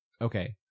Okay